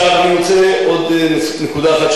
עכשיו אני רוצה לציין עוד נקודה אחת,